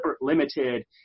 limited